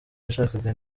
yashakaga